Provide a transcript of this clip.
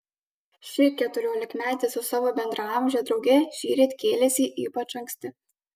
ši keturiolikmetė su savo bendraamže drauge šįryt kėlėsi ypač anksti